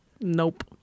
Nope